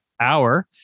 Hour